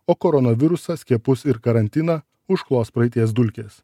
o koronavirusas skiepus ir karantiną užklos praeities dulkės